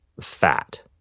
fat